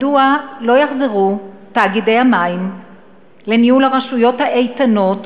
מדוע לא יוחזרו תאגידי המים לניהול הרשויות האיתנות,